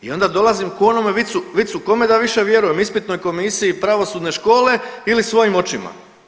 I onda dolazim ko u onome vicu kome da više vjerujem, ispitnoj komisiji pravosudne škole ili svojim očima.